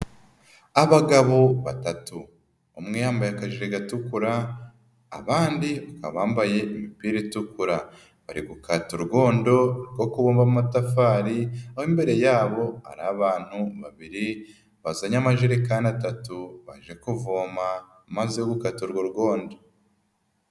Abagabo batatu umwe yambaye akajiri gatukura, abandi bakaba bambaye imipira itukura, bari gukata urwondo rwo kubumba amatafari, aho imbere yabo hari abantu babiri bazanye amajerekani atatu baje kuvoma amazi gukata urwo rwondo.